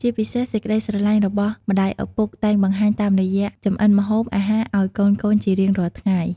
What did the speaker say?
ជាពិសេសសេចក្ដីស្រឡាញ់របស់ម្តាយឪពុកតែងបង្ហាញ តាមរយះចម្អិនម្ហូបអាហារឱ្យកូនៗជារៀងរាល់ថ្ងៃ។